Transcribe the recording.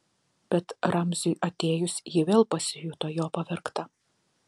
bet ramziui atėjus ji vėl pasijuto jo pavergta